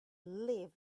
live